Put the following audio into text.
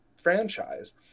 franchise